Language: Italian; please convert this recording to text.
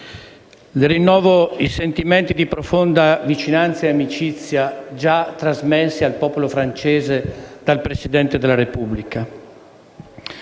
le rinnovo i sentimenti di profonda vicinanza e amicizia già trasmessi al popolo francese dal Presidente della Repubblica.